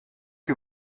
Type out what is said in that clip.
que